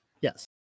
Yes